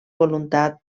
voluntat